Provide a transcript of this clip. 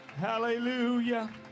Hallelujah